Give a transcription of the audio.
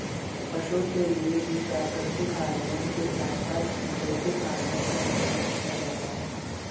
पशुओं के लिए भी प्राकृतिक हॉरमोन के साथ साथ सिंथेटिक हॉरमोन का इस्तेमाल किया जाता है